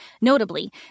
Notably